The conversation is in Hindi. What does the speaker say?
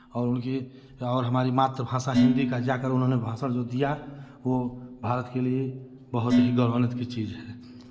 और उनकी और हमरी मातृभाषा हिन्दी का जाकर उन्होंने भाषण जो दिया वो भारत के लिए बहुत ही गौरवान्वित की चीज़ है